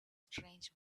strange